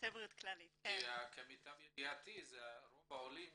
למיטב ידיעתי רוב העולים